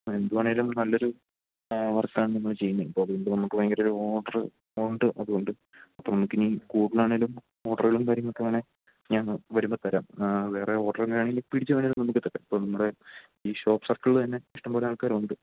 എന്താണെങ്കിലും നല്ലൊരു വർക്കാണ് നമ്മൾ ചെയ്യുന്നത് അപ്പോള് അതുകൊണ്ട് നമുക്ക് ഭയങ്കരമൊരു ഓഡര് ഉണ്ട് അതുകൊണ്ട് അപ്പം നമുക്കിനി കൂടുതലാണെങ്കിലും ഓഡറുകളും കാര്യങ്ങളുമൊക്കെ വേണമെങ്കില് ഞാൻ വരുമ്പോള് തരാം വേറെ ഓഡറൊക്കെയാണെങ്കിലും പിടിച്ചു വേണമെങ്കിലും നമുക്ക് തരാം ഇപ്പോള് നമ്മുടെ ഈ ഷോപ്പ് സർക്കിളില് തന്നെ ഇഷ്ടംപോലെ ആൾക്കാരുണ്ട്